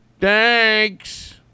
thanks